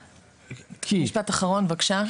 משפט אחרון בבקשה.